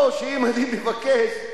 או שאם אני מבקש,